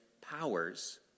powers